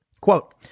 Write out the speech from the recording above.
quote